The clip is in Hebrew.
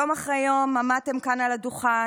יום אחרי יום עמדתם כאן על הדוכן,